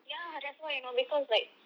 ya that's why you know because like